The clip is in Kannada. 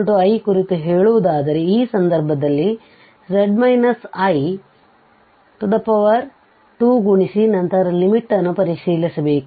zi ಕುರಿತು ಹೇಳುವುದಾದರೆ ಈ ಸಂದರ್ಭದಲ್ಲಿ 2ಗುಣಿಸಿ ನಂತರ ಲಿಮಿಟ್ ನ್ನು ಪರಿಶೀಲಿಸಬೇಕು